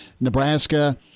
Nebraska